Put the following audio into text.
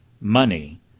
money